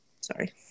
Sorry